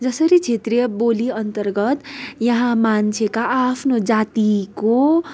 जसरी क्षेत्रीय बोलीअन्तर्गत यहाँ मान्छेका आआफ्नो जातिको